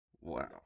Wow